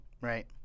right